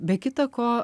be kita ko